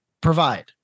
provide